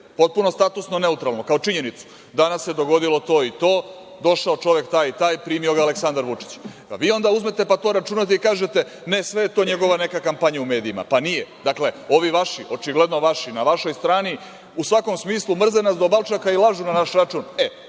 potpuno statusno neutralno, kao činjenicu danas se dogodilo to i to, došao čovek taj i taj, primio ga Aleksandar Vučić. Vi onda uzmete pa to računate i kažete – ne, sve je to njegova neka kampanja u medijima. Pa, nije. Ovi vaši, očigledno vaši, na vašoj strani u svakom smislu mrze nas do balčaka i lažu na naš račun.